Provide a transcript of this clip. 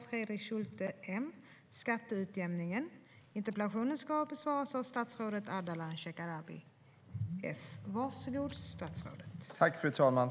Fru talman!